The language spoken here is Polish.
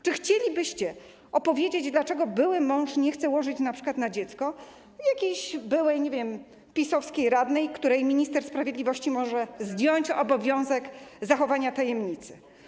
Czy chcielibyście opowiedzieć, dlaczego były mąż nie chce łożyć np. na dziecko jakiejś byłej, nie wiem, PiS-owskiej radnej, której minister sprawiedliwości może zdjąć obowiązek zachowania tajemnicy?